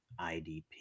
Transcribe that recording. IDP